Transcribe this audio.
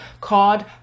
called